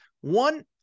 One